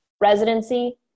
residency